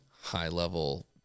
high-level